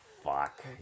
Fuck